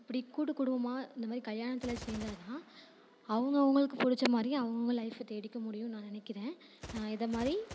இப்படி கூட்டு குடும்பமாக இந்த மாதிரி கல்யாணத்தில் சேர்ந்தா தான் அவங்க அவங்களுக்கு பிடிச்ச மாதிரி அவங்க அவங்க லைஃபை தேடிக்க முடியும்னு நான் நினைக்கிறேன் இது மாதிரி